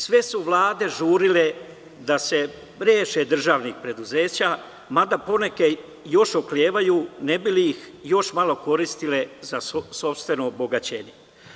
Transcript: Sve su vlade žurile da se reše državnih preduzeća, mada poneke još oklevaju ne bi li ih još malo koristile za sopstveno obogaćenje.